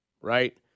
right